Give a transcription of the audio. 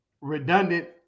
redundant